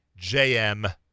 JM